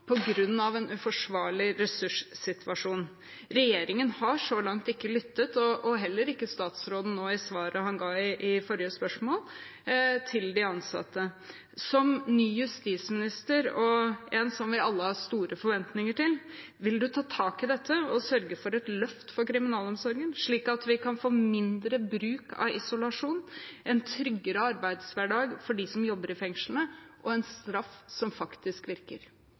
en uforsvarlig ressurssituasjon. Regjeringen har så langt ikke lyttet – heller ikke statsråden, ut fra det svaret han ga på det forrige spørsmålet – til de ansatte. Som ny justisminister og som en vi alle har store forventninger til, vil han ta tak i dette og sørge for et løft for kriminalomsorgen, slik at vi kan få mindre bruk av isolasjon, en tryggere arbeidshverdag for dem som jobber i fengslene, og en straff som faktisk virker?